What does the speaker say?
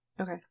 Okay